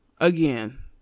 Again